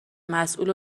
مسول